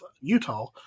Utah